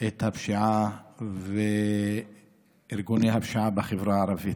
את הפשיעה ואת ארגוני הפשיעה בחברה הערבית,